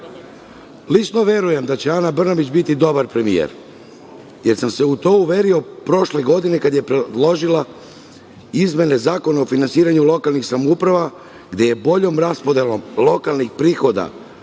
Lično verujem da će Ana Brnabić biti dobar premijer, jer sam se u to uverio prošle godine kada je predložila izmene Zakona o finansiranju lokalnih samouprava, gde je boljom raspodelom lokalnih prihoda